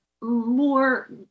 more